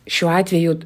šiuo atveju